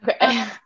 Okay